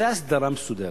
זו הסדרה מסודרת.